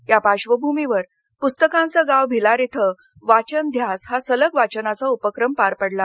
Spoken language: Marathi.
या पार्श्वभूमीवर पुस्तकांचं गाव भिलार इथं वाचनध्यास हा सलग वाचनाचा उपक्रम पार पडला